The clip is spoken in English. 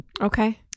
Okay